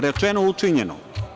Rečeno učinjeno.